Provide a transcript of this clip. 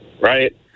right